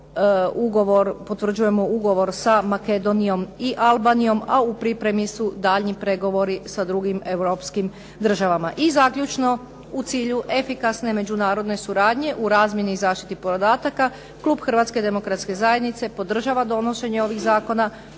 ugovor, potvrđujemo Ugovor sa Makedonijom i Albanijom, a u pripremi su daljnji pregovori sa drugim europskim državama. I zaključno, u cilju efikasne međunarodne suradnje u razmjeni i zaštiti podataka, klub Hrvatske demokratske zajednice podržava donošenje ovih zakona